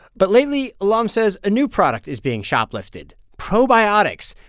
but lately, alam says a new product is being shoplifted probiotics.